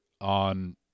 on